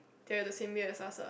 they are the same year as us ah